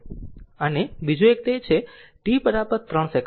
અને બીજો એક તે છે t 3 સેકન્ડ પર